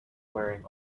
wearing